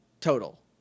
Total